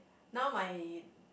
now my